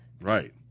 Right